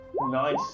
Nice